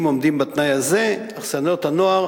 אם עומדים בתנאי הזה, אכסניות הנוער